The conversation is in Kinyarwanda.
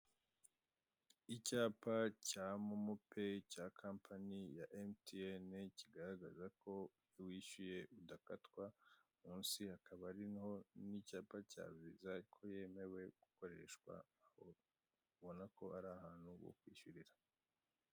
Icyapa cya momo peyi, cya kampani ya emutiyeni, kigaragaza ko iyo wishyuye udakatwa, munsi hakaba harimo n'icyapa cya viza, ko yemewe gukoreshwa, aho ubona ko ari ahantu ho kwishyurira.